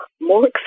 more